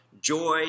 joy